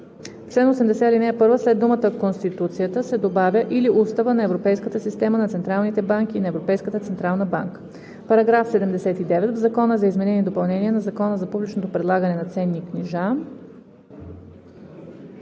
ал. 1 след думата „Конституцията“ се добавя „или Устава на Европейската система на централните банки и на Европейската централна банка“. § 79. В Закона за изменение и допълнение на Закона за публичното предлагане на ценни книжа